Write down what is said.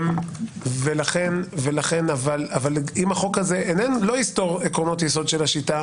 אם החוק הזה לא יסתור עקרונות יסוד של השיטה